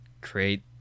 create